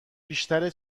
بیشتر